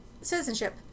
citizenship